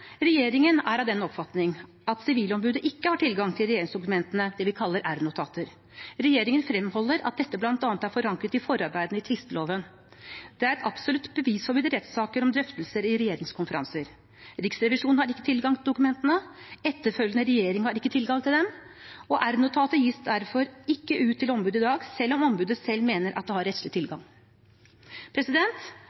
Regjeringen er av den oppfatning at Sivilombudet ikke har tilgang til regjeringsdokumentene som vi kaller r-notater. Regjeringen fremholder at dette bl.a. er forankret i forarbeidene til tvisteloven. Det er absolutt bevisforbud i rettssaker om drøftelser i regjeringskonferanser. Riksrevisjonen har ikke tilgang til dokumentene. Etterfølgende regjering har ikke tilgang til dem. R-notatet gis derfor ikke ut til ombudet i dag, selv om ombudet selv mener at de har rettslig